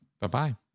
Bye-bye